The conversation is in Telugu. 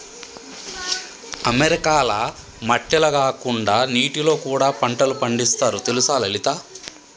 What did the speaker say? అమెరికాల మట్టిల కాకుండా నీటిలో కూడా పంటలు పండిస్తారు తెలుసా లలిత